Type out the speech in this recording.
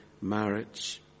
marriage